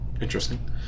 interesting